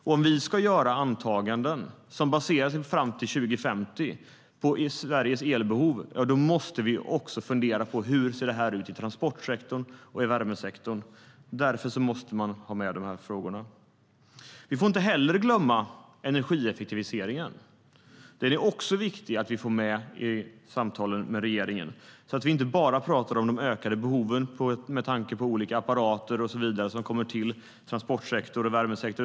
Om vi ska göra antaganden om Sveriges elbehov fram till 2050 måste vi också fundera på hur det ser ut i transportsektorn och värmesektorn. Därför måste man ha med de frågorna. Vi får inte heller glömma energieffektiviseringen. Det är också viktigt att vi får med den i samtalen med regeringen så att vi inte bara talar om de ökade behoven med tanke på olika apparater och så vidare som kommer till i transportsektorn och värmesektorn.